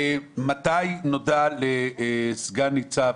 מתי נודע לסגן ניצב